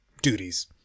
duties